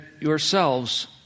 yourselves